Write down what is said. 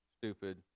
stupid